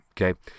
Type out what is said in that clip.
okay